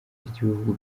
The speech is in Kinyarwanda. ry’ibihugu